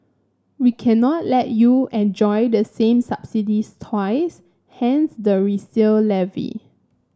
we cannot let you enjoy the same subsidies twice hence the resale levy